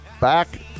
back